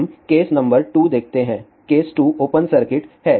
हम case number 2 देखते हैं केस 2 ओपन सर्किट है